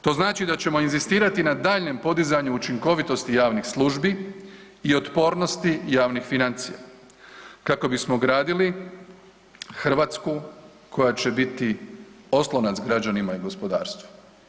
To znači da ćemo inzistirati na daljnjem podizanju učinkovitosti javnih službi i otpornosti javnih financija kako bismo gradili Hrvatsku koja će biti oslonac građanima i gospodarstvu.